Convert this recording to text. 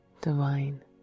divine